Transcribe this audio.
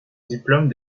diplôme